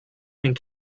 and